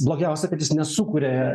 blogiausia kad jis nesukuria